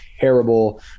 terrible